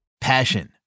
Passion